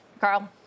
Carl